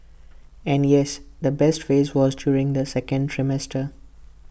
and yes the best phrase was during the second trimester